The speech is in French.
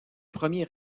premier